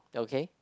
okay